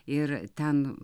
ir ten